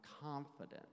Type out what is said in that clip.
confident